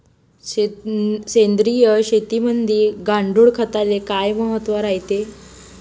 सेंद्रिय शेतीमंदी गांडूळखताले काय महत्त्व रायते?